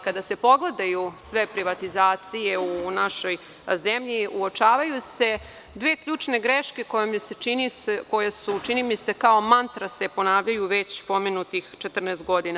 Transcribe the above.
Kada se pogledaju sve privatizacije u našoj zemlji, uočavaju se dve ključne greške koje, čini mi se, kao mantra se ponavljaju već pomenuti 14 godina.